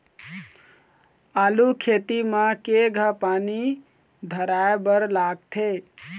आलू खेती म केघा पानी धराए बर लागथे?